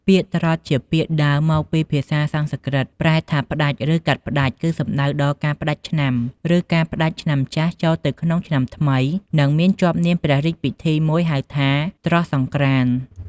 ពាក្យ «ត្រុដិ» ជាពាក្យមានដើមមកពីភាសាសំស្រ្កឹតប្រែថា ផ្តាច់ ឬកាត់ផ្ដាច់ គឺសំដៅដល់ការផ្តាច់ឆ្នាំ ឬការកាត់ផ្ដាច់ឆ្នាំចាស់ចូលទៅក្នុងឆ្នាំថ្មី និងមានជាប់នាមព្រះរាជពិធីមួយ ហៅថា «ត្រស្តិសង្ក្រាន្ត»។